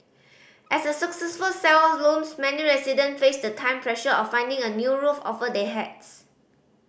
as a successful sale looms many resident face the time pressure of finding a new roof over their heads